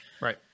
Right